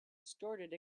started